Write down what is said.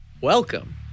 Welcome